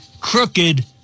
crooked